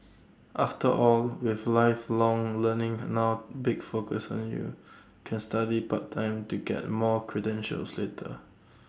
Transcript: after all with lifelong learning A now big focus on you can study part time to get more credentials later